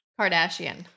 Kardashian